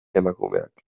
emakumeak